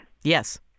Yes